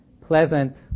pleasant